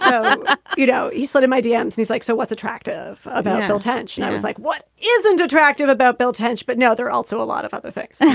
um you know, he's sort of my damson. he's like, so what's attractive about bill tensioned? i was like, what isn't attractive about bill tench? but now they're also a lot of other things.